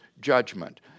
judgment